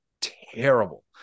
terrible